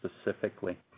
specifically